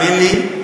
ותאמין לי,